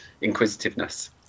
inquisitiveness